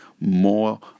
more